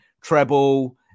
treble